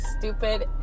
stupid